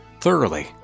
thoroughly